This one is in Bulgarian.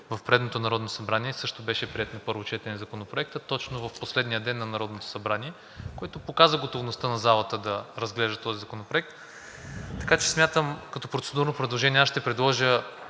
в предното Народно събрание също беше приет на първо четене Законопроектът точно в последния ден на Народното събрание, което показа готовността на залата да разглежда този законопроект, така че като процедурно предложение аз ще предложа